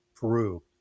peru